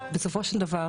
בסופו של דבר